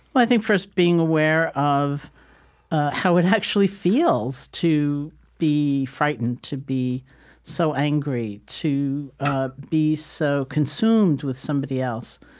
i think first being aware of how it actually feels to be frightened, to be so angry, to ah be so consumed with somebody else,